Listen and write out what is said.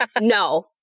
no